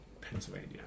Pennsylvania